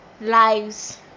lives